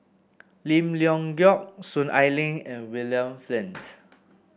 Lim Leong Geok Soon Ai Ling and William Flint